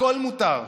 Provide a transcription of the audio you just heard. הכול מותר,